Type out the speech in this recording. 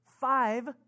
five